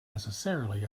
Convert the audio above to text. necessarily